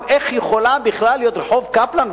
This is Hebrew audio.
איך יכול היה בכלל להיות רחוב קפלן,